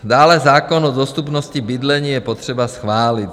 Dále zákon o dostupnosti bydlení je potřeba schválit.